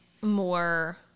more